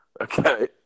okay